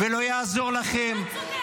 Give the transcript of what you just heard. לא יעזור לכם.